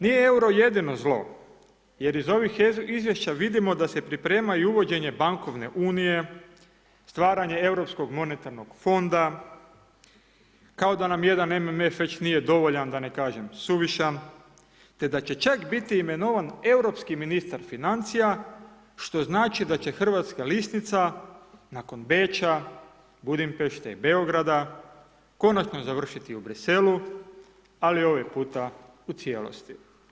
Nije EUR-o jedino zlo, jer iz ovih Izvješća vidimo da se priprema i uvođenje bankovne unije, stvaranje europskog monetarnog fonda, kao da nam jedan MMF već nije dovoljan, da ne kažem suvišan, te da će čak biti imenovan europski ministar financija, što znači da će hrvatska lisnica nakon Beča, Budimpešte i Beograda, konačno završiti u Bruxellesu, ali ovog puta u cijelosti.